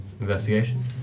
Investigation